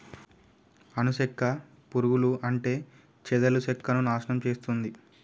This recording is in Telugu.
అను సెక్క పురుగులు అంటే చెదలు సెక్కను నాశనం చేస్తుంది